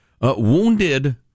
wounded